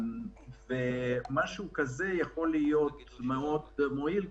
משהו כזה יכול להיות מאוד מועיל.